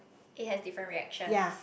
it has different reactions